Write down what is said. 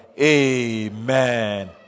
Amen